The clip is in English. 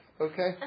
okay